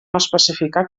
especificar